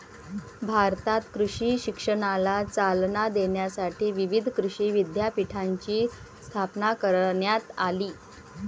भारतात कृषी शिक्षणाला चालना देण्यासाठी विविध कृषी विद्यापीठांची स्थापना करण्यात आली